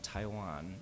Taiwan